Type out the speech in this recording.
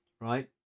right